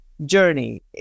journey